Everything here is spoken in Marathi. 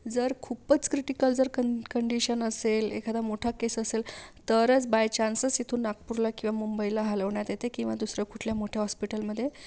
जर खूपच क्रिटिकल जर कंडिशन असेल एखादा मोठा केस असेल तरच बायचान्सच इथून नागपूरला किंवा मुंबईला हलवण्यात येते किंवा दुसऱ्या कुठल्या मोठ्या हॉस्पिटलमध्ये